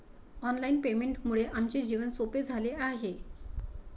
online पेमेंटमुळे आमचे जीवन सोपे झाले आहे